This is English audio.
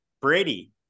Brady